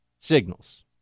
Signals